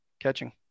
catching